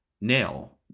nail